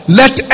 let